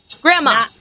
Grandma